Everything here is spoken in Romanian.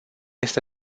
este